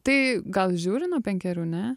tai gal žiūri nuo penkerių ne